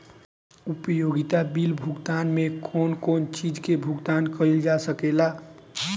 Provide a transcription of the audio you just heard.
उपयोगिता बिल भुगतान में कौन कौन चीज के भुगतान कइल जा सके ला?